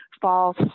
false